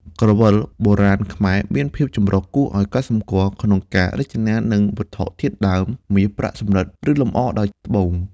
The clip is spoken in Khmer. ក្រវិលបុរាណខ្មែរមានភាពចម្រុះគួរឱ្យកត់សម្គាល់ក្នុងការរចនា និងវត្ថុធាតុដើម (មាស ប្រាក់ សំរឹទ្ធិ ឬលម្អដោយត្បូង)។